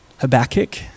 Habakkuk